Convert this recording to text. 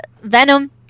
Venom